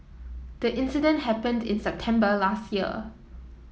the incident happened in September last year